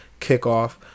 kickoff